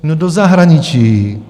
No, do zahraničí.